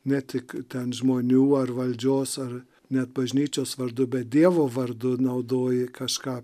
ne tik ten žmonių ar valdžios ar net bažnyčios vardu bet dievo vardu naudoji kažką